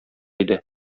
иде